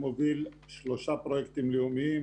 מוביל שלושה פרויקטים לאומיים,